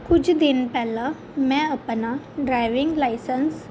ਕੁਝ ਦਿਨ ਪਹਿਲਾਂ ਮੈਂ ਆਪਣਾ ਡਰਾਈਵਿੰਗ ਲਾਇਸੰਸ